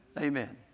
Amen